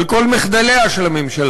על כל מחדליה של הממשלה.